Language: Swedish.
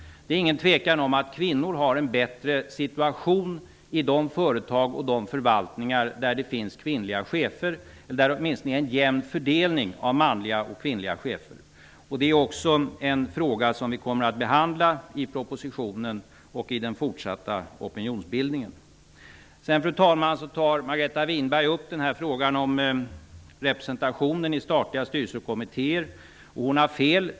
Det råder inget tvivel om att kvinnor har en bättre situation i de företag och förvaltningar där det finns kvinnliga chefer eller där det åtminstone är en jämn fördelning mellan manliga och kvinnliga chefer. Det är också en fråga som vi kommer att behandla i propositionen och i den fortsatta opinionsbildningen. Margareta Winberg tog upp frågan om representationen i statliga styrelser och kommittéer. Hon har fel.